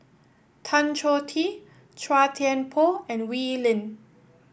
Tan Choh Tee Chua Thian Poh and Wee Lin